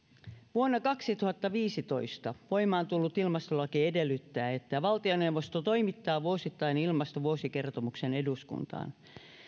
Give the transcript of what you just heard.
vuonna kaksituhattaviisitoista voimaan tullut ilmastolaki edellyttää että valtioneuvosto toimittaa vuosittain ilmastovuosikertomuksen eduskuntaan